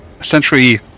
Essentially